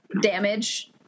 damage